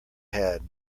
had